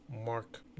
Mark